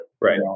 Right